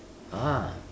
ah